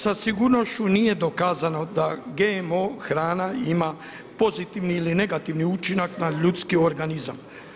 Sa sigurnošću nije dokazano da GMO hrana ima pozitivni ili negativni učinak na ljudski organizam.